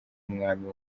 umwami